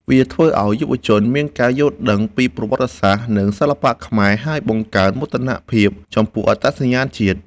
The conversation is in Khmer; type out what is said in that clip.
វាធ្វើឲ្យយុវជនមានការយល់ដឹងពីប្រវត្តិសាស្ត្រ និងសិល្បៈខ្មែរ ហើយបង្កើនមោទនភាពចំពោះអត្តសញ្ញាណជាតិ។